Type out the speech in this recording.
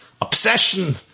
obsession